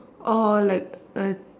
orh like a